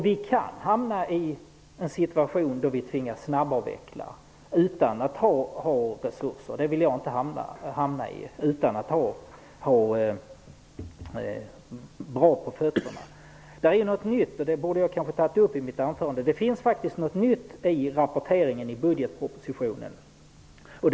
Vi kan hamna i en situation där vi tvingas avveckla utan att ha resurser, och jag vill inte hamna i en sådan situation utan att ha bra på fötterna. Det finns faktiskt något nytt i rapporteringen i budgetpropositionen, vilket jag kanske borde ha tagit upp i mitt anförande.